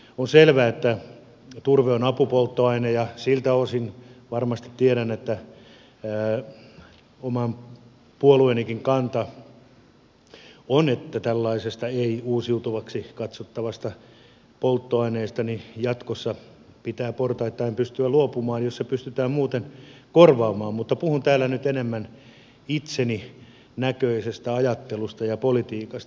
on selvää että turve on apupolttoaine ja siltä osin varmasti tiedän että oman puolueenikin kanta on että tällaisesta ei uusiutuvaksi katsottavasta polttoaineesta jatkossa pitää portaittain pystyä luopumaan jos se pystytään muuten korvaamaan mutta puhun täällä nyt enemmän itseni näköisestä ajattelusta ja politiikasta